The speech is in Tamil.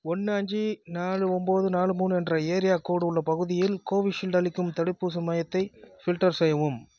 ஒன்று அஞ்சு நாலு ஒம்போது நாலு மூணு என்ற ஏரியா கோடு உள்ள பகுதியில் கோவிஷீல்டு அளிக்கும் தடுப்பூசி மையத்தை ஃபில்டர் செய்யவும்